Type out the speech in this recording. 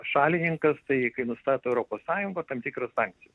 šalininkas tai kai nustato europos sąjunga tam tikras sankcijas